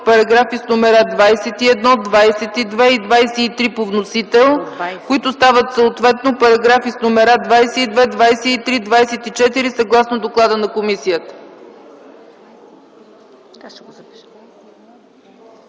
параграфи с номера 20, 21, 22 и 23 по вносител, които стават съответно параграфи с номера 21, 22, 23 и 24, съгласно доклада на комисията.